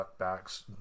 cutbacks